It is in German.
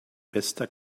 bester